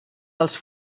dels